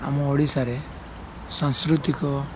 ଆମ ଓଡ଼ିଶାରେ ସାଂସ୍କୃତିକ